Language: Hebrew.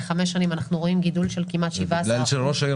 בחמש שנים אנחנו רואים גידול של כמעט 17%. בגלל שראש העיר